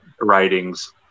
writings